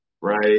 right